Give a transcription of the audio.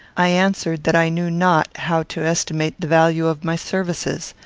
i answered that i knew not how to estimate the value of my services.